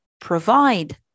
provide